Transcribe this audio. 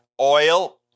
oil